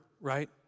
right